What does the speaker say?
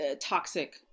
toxic